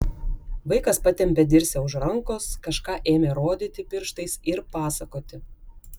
vaikas patempė dirsę už rankos kažką ėmė rodyti pirštais ir pasakoti